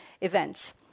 events